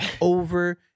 over